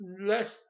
less